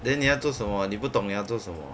then 你要做什么你不懂你要做什么